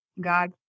God